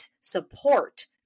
support